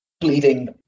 bleeding